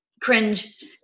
cringe